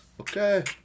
Okay